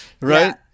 Right